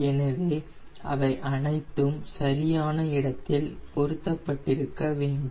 எனவே அவை அனைத்தும் சரியான இடத்தில் பொருத்தப்பட்டிருக்க வேண்டும்